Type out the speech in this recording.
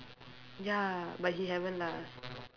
ya but he haven't lah